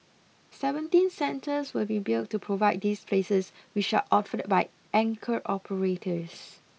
seventeen centres will be built to provide these places which are offered by anchor operators